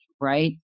right